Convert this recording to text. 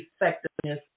effectiveness